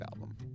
album